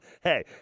Hey